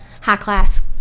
high-class